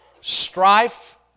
Strife